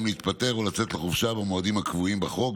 להתפטר או לצאת לחופשה במועדים הקבועים בחוק,